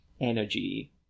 energy